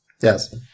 Yes